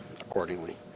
accordingly